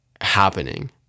happening